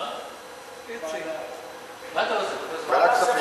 מה אתה רוצה, פרופסור?